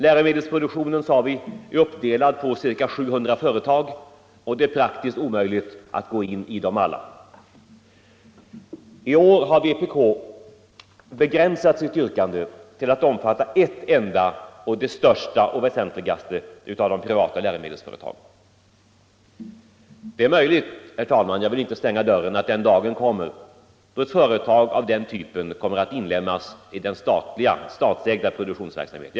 Läromedelsproduktionen, sade vi, är uppdelad på ca 700 företag och det är faktiskt omöjligt att gå in i dem alla. I år har vpk begränsat sitt yrkande till att omfatta ett enda och det största och väsentligaste av de privata läromedelsföretagen. Det är möjligt, jag vill inte stänga dörren, att den dagen kommer då ett företag av den typen kommer att inlemmas i den statsägda produktionsverksamheten.